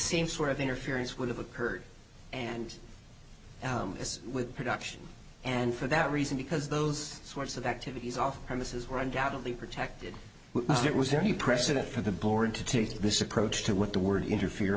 same sort of interference would have occurred and as with production and for that reason because those sorts of activities are premises were undoubtedly protected it was very precedent for the board to take this approach to what the word interfere